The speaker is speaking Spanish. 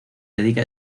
dedica